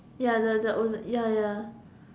ya the the oh ya ya